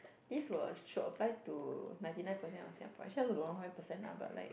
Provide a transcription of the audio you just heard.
this was should apply to ninety nine percent of Singaporean actually I also don't know how many percent lah but like